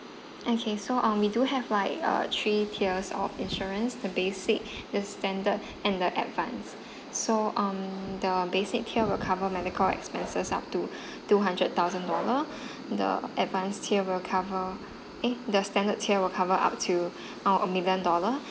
okay so um we do have like uh three tiers of insurance the basic the standard and the advanced so um the basic tier will cover medical expenses up to two hundred thousand dollar the advanced tier will cover eh the standard tier will cover up to uh a million dollar